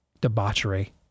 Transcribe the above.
Debauchery